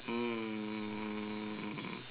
um